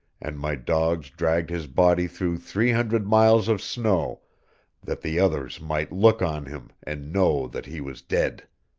and my dogs dragged his body through three hundred miles of snow that the others might look on him and know that he was dead.